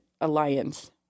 Alliance